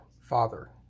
Father